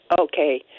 Okay